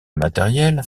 matériel